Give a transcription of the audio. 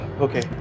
Okay